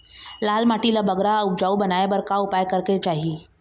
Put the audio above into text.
लाल माटी ला बगरा उपजाऊ बनाए बर का उपाय करेक चाही?